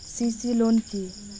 CC loan কি?